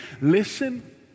listen